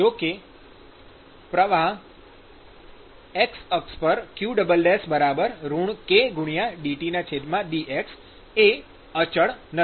જો કે પ્રવાહ qx kdTdx એ અચળ નથી